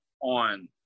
on